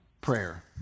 prayer